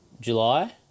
July